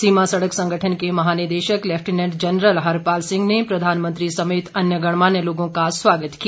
सीमा सड़क संगठन के महानिदेशक लेफ्टिनेंट जनरल हरपाल सिंह ने प्रधानमंत्री समेत अन्य गणमान्य लोगों का स्वागत किया